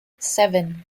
seven